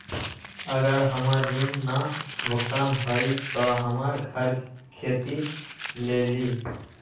अगर हमर ऋण न भुगतान हुई त हमर घर खेती लेली?